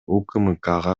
укмкга